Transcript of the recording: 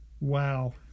Wow